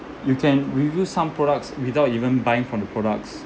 you can review some products without even buying from the products